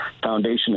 foundation